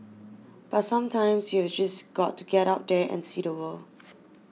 but sometimes you've just got to get out there and see the world